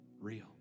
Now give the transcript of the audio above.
real